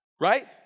right